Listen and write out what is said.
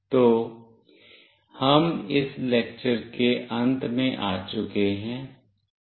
तो हम इस लेक्चर के अंत में आ चुके हैं